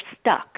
stuck